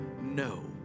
no